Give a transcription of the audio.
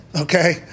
okay